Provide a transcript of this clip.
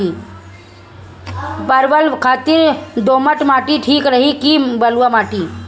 परवल खातिर दोमट माटी ठीक रही कि बलुआ माटी?